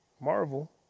Marvel